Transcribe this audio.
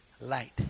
light